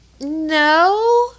No